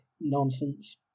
nonsense